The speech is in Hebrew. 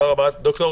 ד"ר